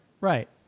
right